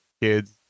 kids